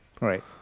Right